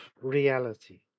reality